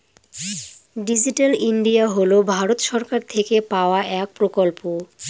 digital India হল ভারত সরকার থেকে পাওয়া এক প্রকল্প